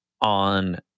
on